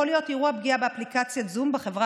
יכול להיות אירוע פגיעה באפליקציית זום בחברה